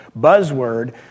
buzzword